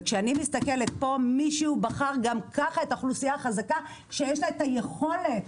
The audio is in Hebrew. וכשאני מסתכלת פה מישהו בחר גם כך את האוכלוסייה החזקה שיש לה את היכולת